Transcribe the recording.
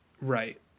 Right